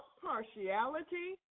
partiality